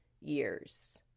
years